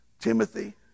Timothy